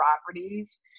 properties